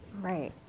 Right